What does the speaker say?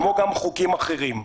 כמו גם חוקים אחרים.